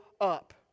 up